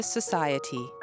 Society